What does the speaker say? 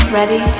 Ready